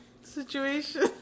situation